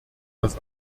dass